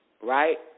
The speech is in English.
right